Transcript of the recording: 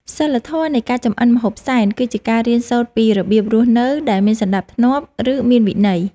សីលធម៌នៃការចម្អិនម្ហូបសែន គឺជាការរៀនសូត្រពីរបៀបរស់នៅដែលមានសណ្តាប់ធ្នាប់ ឬមានវិន័យ។